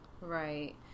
Right